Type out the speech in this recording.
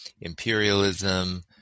imperialism